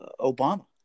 Obama